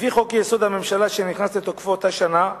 לפי חוק-יסוד: הממשלה, שנכנס לתוקפו באותה שנה,